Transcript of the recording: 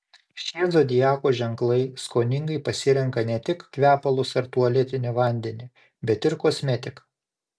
šie zodiako ženklai skoningai pasirenka ne tik kvepalus ar tualetinį vandenį bet ir kosmetiką